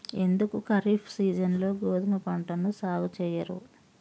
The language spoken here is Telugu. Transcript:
ఎందుకు ఖరీఫ్ సీజన్లో గోధుమ పంటను సాగు చెయ్యరు?